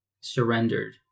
surrendered